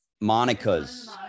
Monica's